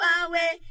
away